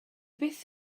byth